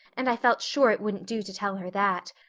and i felt sure it wouldn't do to tell her that.